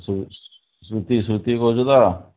ସୃତି ସୃତି କହୁଛ ତ